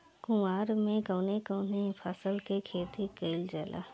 कुवार में कवने कवने फसल के खेती कयिल जाला?